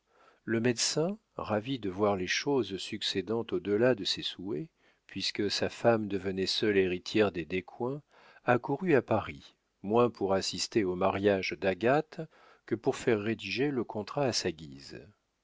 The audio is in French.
le médecin ravi de voir les choses succédant au delà de ses souhaits puisque sa femme devenait seule héritière des descoings accourut à paris moins pour assister au mariage d'agathe que pour faire rédiger le contrat à sa guise